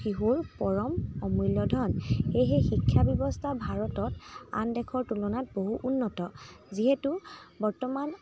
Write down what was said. শিশুৰ পৰম অমূল্য ধন সেয়েহে শিক্ষাব্যৱস্থা ভাৰতত আন দেশৰ তুলনাত বহু উন্নত যিহেতু বৰ্তমান